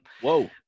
Whoa